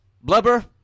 blubber